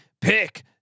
Pick